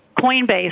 Coinbase